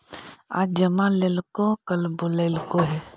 आज जमा लेलको कल बोलैलको हे?